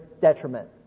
detriment